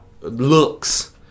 looks